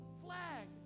flag